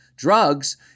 Drugs